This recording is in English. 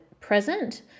present